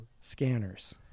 Scanners